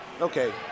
Okay